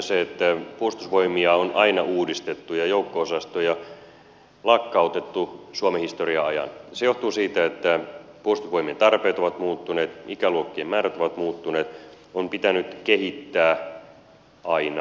se että puolustusvoimia on aina uudistettu ja joukko osastoja lakkautettu suomen historian ajan johtuu siitä että puolustusvoimien tarpeet ovat muuttuneet ikäluokkien määrät ovat muuttuneet on pitänyt kehittää aina